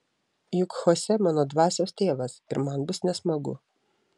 juk chosė mano dvasios tėvas ir man bus nesmagu